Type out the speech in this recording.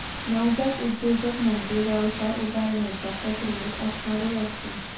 नवजात उद्योजक म्हणजे व्यवसाय उभारण्याच्या प्रक्रियेत असणारो व्यक्ती